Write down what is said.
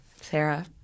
Sarah